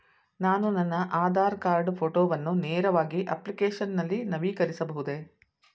ನಾನು ನನ್ನ ಆಧಾರ್ ಕಾರ್ಡ್ ಫೋಟೋವನ್ನು ನೇರವಾಗಿ ಅಪ್ಲಿಕೇಶನ್ ನಲ್ಲಿ ನವೀಕರಿಸಬಹುದೇ?